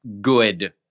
good